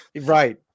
Right